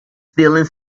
stealing